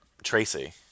Tracy